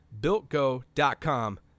BuiltGo.com